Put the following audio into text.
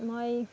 মই